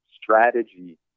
strategy